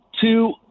two